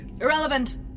Irrelevant